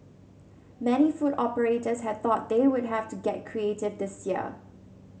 many food operators had thought they would have to get creative this year